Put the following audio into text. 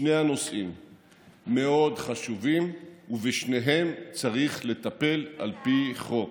מאוד חשובים ושבשניהם צריך לטפל על פי חוק.